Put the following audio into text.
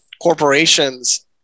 corporations